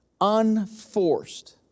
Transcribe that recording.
unforced